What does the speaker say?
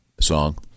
Song